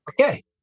Okay